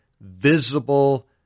visible